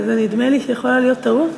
וזה נדמה לי שיכול להיות טעות,